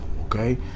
okay